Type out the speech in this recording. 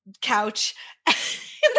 couch